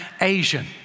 Asian